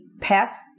pass